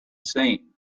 same